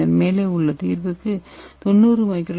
பின்னர் மேலே உள்ள தீர்வுக்கு 90 µl எஸ்